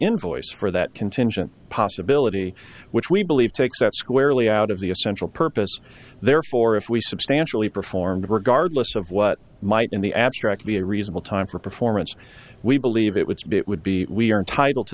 invoice for that contingent possibility which we believe takes that squarely out of the essential purpose therefore if we substantially performed regardless of what might in the abstract be a reasonable time for performance we believe it would be it would be we are entitled to